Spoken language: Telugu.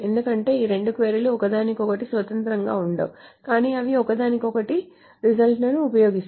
ఎందుకంటే ఈ రెండు క్వరీలు ఒకదానికొకటి స్వతంత్రంగా ఉండవు కానీ అవి ఒకదానికొకటి రిజల్ట్స్ లను ఉపయోగిస్తాయి